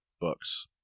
books